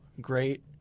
Great